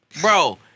Bro